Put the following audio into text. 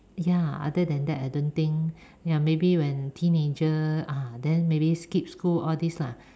ya other than that I don't think ya maybe when teenager ah then maybe skip school all these lah